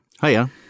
Hiya